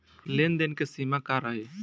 लेन देन के सिमा का रही?